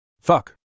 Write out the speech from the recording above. Fuck